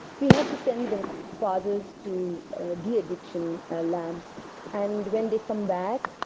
we have to send the fathers to de-addiction labs and when they come back,